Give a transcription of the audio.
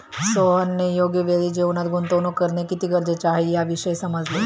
सोहनने योग्य वेळी जीवनात गुंतवणूक करणे किती गरजेचे आहे, याविषयी समजवले